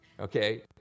okay